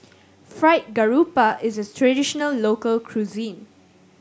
Fried Garoupa is a traditional local cuisine